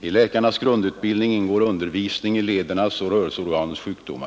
I läkarnas grundutbildning ingår undervisning i ledernas och rörelseorganens sjukdomar.